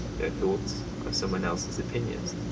their thoughts are some one else's opinions,